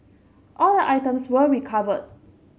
all the items were recovered